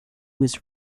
was